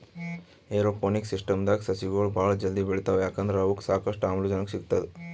aeroponics ಸಿಸ್ಟಮ್ದಾಗ್ ಸಸಿಗೊಳ್ ಭಾಳ್ ಜಲ್ದಿ ಬೆಳಿತಾವ್ ಯಾಕಂದ್ರ್ ಅವಕ್ಕ್ ಸಾಕಷ್ಟು ಆಮ್ಲಜನಕ್ ಸಿಗ್ತದ್